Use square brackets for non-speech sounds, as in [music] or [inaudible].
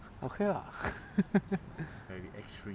okay lah [laughs]